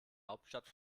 hauptstadt